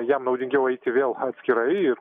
jam naudingiau eiti vėl atskirai ir